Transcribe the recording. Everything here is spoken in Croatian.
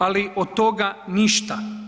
Ali od toga ništa.